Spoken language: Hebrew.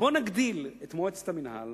בואו נגדיל את מועצת המינהל